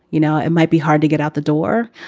you know, it might be hard to get out the door,